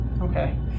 Okay